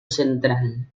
central